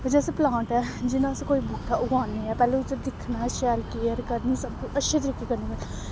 जे अस प्लांट ऐ जियां अस कोई बूह्टा उगाने आं पैह्लें उत्थें दिक्खना शैल केयर करनी सब अच्छे तरीके कन्नै